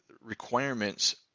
requirements